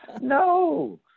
No